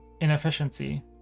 inefficiency